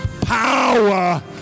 power